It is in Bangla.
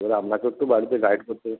এবার আপনাকেও একটু বাড়িতে গাইড করতে